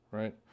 right